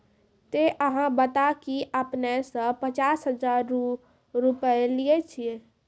ते अहाँ बता की आपने ने पचास हजार रु लिए छिए?